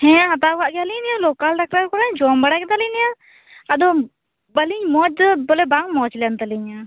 ᱦᱮᱸ ᱦᱟᱛᱟᱣ ᱠᱟᱜ ᱜᱮᱭᱟᱞᱤᱧ ᱞᱚᱠᱟᱞ ᱰᱟᱠᱛᱟᱨ ᱠᱚᱨᱮᱱ ᱡᱚᱢ ᱵᱟᱲᱟ ᱠᱮᱫᱟᱞᱤᱧ ᱟᱫᱚ ᱵᱟᱹᱞᱤᱧ ᱢᱚᱡᱽ ᱵᱚᱞᱮ ᱵᱟᱝ ᱢᱚᱡᱽᱞᱮᱱ ᱛᱟᱹᱞᱤᱧᱟ